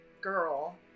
girl